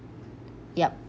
yup